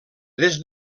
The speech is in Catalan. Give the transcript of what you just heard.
des